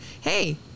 Hey